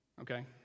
okay